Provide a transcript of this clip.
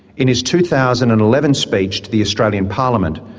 in his two thousand and eleven speech to the australian parliament,